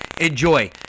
enjoy